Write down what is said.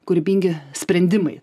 kūrybingi sprendimai